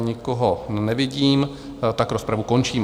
Nikoho nevidím, tak rozpravu končím.